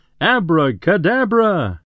Abracadabra